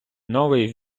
новий